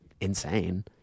insane